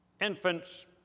infants